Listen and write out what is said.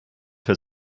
für